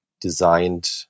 designed